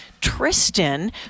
Tristan